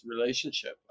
relationship